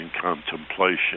contemplation